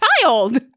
child